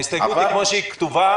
ההסתייגות היא כפי שהיא כתובה,